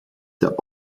der